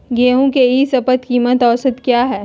गेंहू के ई शपथ कीमत औसत क्या है?